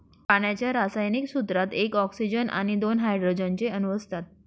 पाण्याच्या रासायनिक सूत्रात एक ऑक्सीजन आणि दोन हायड्रोजन चे अणु असतात